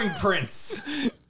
Prince